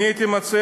אני הייתי מציע,